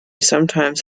sometimes